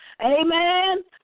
Amen